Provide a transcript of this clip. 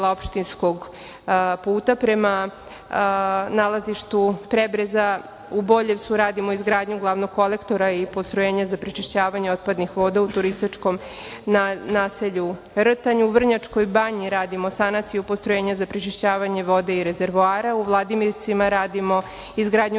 opštinskog puta prema nalazištu Prebreza, u Boljevcu radimo izgradnju glavnog kolektora i postrojenja za prečišćavanje otpadnih voda u turističkom naselju Rtanj, u Vrnjačkoj Banji radimo sanaciju postrojenja za prečišćavanje vode i rezervoara, u Vladimircima radimo izgradnju